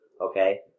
okay